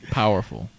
powerful